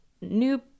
new